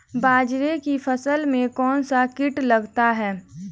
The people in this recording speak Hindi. बाजरे की फसल में कौन सा कीट लगता है?